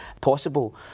possible